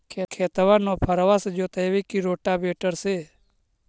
खेत नौफरबा से जोतइबै की रोटावेटर से?